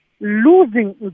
losing